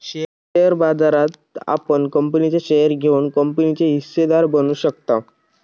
share बाजारात आपण कंपनीचे शेअर घेऊन कंपनीचे हिस्सेदार बनू शकताव